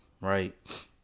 right